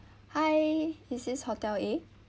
hi is this hotel eh